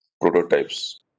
prototypes